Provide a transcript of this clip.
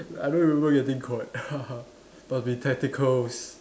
I don't remember getting caught must be tacticals